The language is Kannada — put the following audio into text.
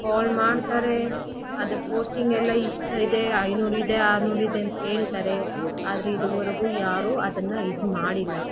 ಕಾಲ್ ಮಾಡ್ತಾರೆ ಅದು ಪೋಸ್ಟಿಂಗ್ ಎಲ್ಲ ಇಷ್ಟು ಇದೆ ಐನೂರಿದೆ ಆರುನೂರಿದೆ ಅಂತ ಹೇಳ್ತಾರೆ ಆದರೆ ಇದುವರೆಗು ಯಾರೂ ಅದನ್ನು ಇದು ಮಾಡಿಲ್ಲ